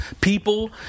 people